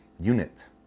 unit